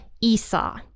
Esau